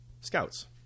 scouts